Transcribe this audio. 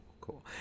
Cool